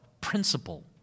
principle